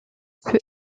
plus